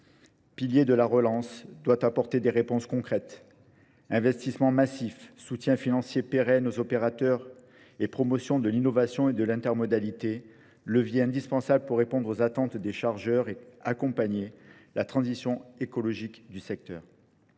pilier de la relance, doit apporter des réponses concrètes. Investissement massif, soutien financier pérenne aux opérateurs et promotion de l'innovation et de l'intermodalité, levier indispensable pour répondre aux attentes des chargeurs et accompagner la transition écologique du secteur.